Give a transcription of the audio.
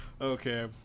Okay